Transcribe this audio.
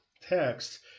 text